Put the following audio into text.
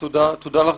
תודה לך,